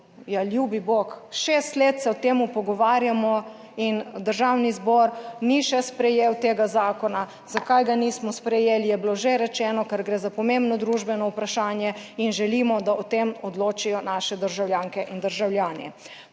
ljubi bog, šest let se o tem pogovarjamo in Državni zbor ni še sprejel tega zakona. Zakaj ga nismo sprejeli, je bilo že rečeno, ker gre za pomembno družbeno vprašanje in želimo, da o tem odločijo naše državljanke in državljani.